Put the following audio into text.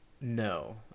No